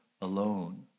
alone